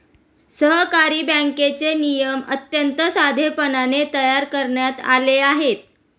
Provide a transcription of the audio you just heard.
सहकारी बँकेचे नियम अत्यंत साधेपणाने तयार करण्यात आले आहेत